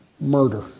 murder